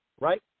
right